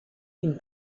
une